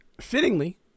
fittingly